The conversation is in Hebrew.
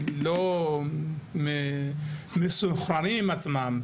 לא מסונכרנים עם עצמם.